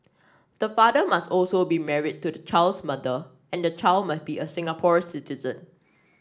the father must also be married to the child's mother and the child must be a Singapore citizen